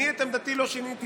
אני את עמדתי לא שיניתי,